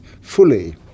fully